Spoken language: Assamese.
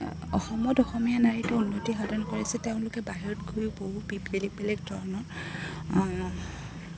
অসমত অসমীয়া নাৰীটো উন্নতি সাধন কৰিছে তেওঁলোকে বাহিৰত গৈ বহু বেলেগ বেলেগ ধৰণৰ